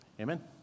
amen